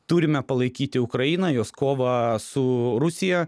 turime palaikyti ukrainą jos kovą su rusija